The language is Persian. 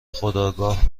خودآگاه